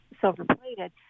silver-plated